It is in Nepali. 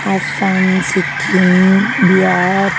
असम सिक्किम बिहार